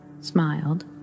smiled